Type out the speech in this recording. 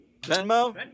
Venmo